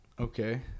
Okay